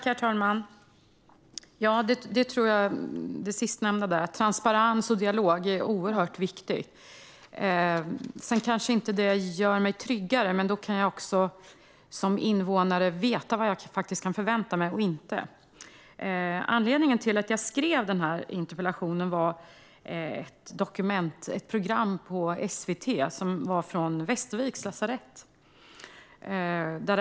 Herr talman! Ja, jag tror att transparens och dialog är oerhört viktigt. Det kanske inte gör mig tryggare, men jag kan som invånare veta vad jag kan förvänta mig och inte. Anledningen till att jag ställde denna interpellation var att jag såg ett program på SVT om Västerviks sjukhus.